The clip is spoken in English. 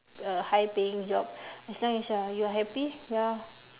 a high paying job as long as you are you are happy ya